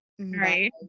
right